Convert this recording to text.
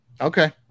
Okay